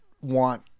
want